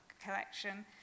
collection